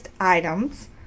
items